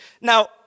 Now